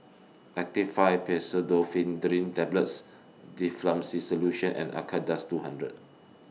Actifed Pseudoephedrine Tablets Difflam C Solution and Acardust two hundred